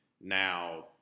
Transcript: now